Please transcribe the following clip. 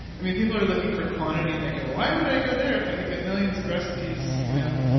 i mean, people are looking for quantity and they go, why would i go there if i could get millions of recipes, you know,